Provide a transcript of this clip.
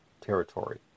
territory